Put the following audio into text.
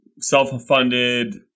self-funded